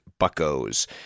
Buckos